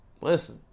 Listen